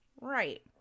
right